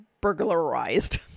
burglarized